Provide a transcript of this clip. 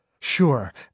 Sure